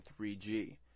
3G